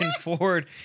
Ford